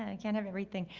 ah, can't have everything.